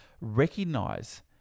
recognize